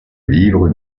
livre